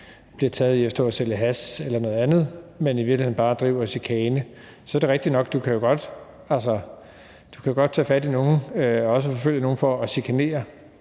bliver taget i at stå og sælge hash eller noget andet, men i virkeligheden bare bedriver chikane, så er det jo rigtigt nok, at du godt kan tage fat i nogle og også forfølge dem for at chikanere